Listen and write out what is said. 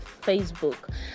facebook